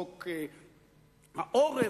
חוק העורף,